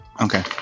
okay